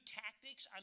tactics